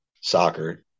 soccer